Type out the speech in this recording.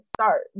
start